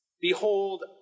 Behold